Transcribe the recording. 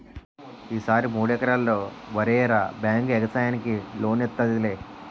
ఈ సారి మూడెకరల్లో వరెయ్యరా బేంకు యెగసాయానికి లోనిత్తాదిలే